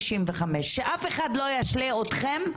שאף אחד לא ישלה אתכם,